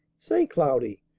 say, cloudy,